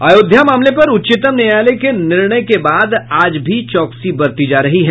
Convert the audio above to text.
अयोध्या मामले पर उच्चतम न्यायालय के निर्णय के बाद आज भी चौकसी बरती जा रही है